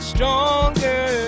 Stronger